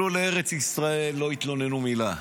הם עלו לארץ ישראל, לא התלוננו מילה.